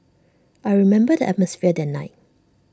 I remember the atmosphere that night